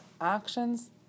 actions